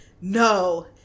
No